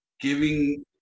giving